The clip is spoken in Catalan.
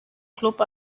club